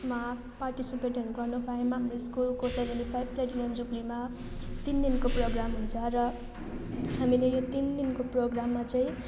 मा पार्टिसिपेटहरू गर्नु पायौँ हाम्रो स्कुलको सेभेन्टी फाइभ प्लेटिनम जुब्लीमा तिन दिनको प्रोग्राम हुन्छ र हामीले यो तिन दिनको प्रोग्राममा चाहिँ